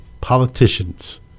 politicians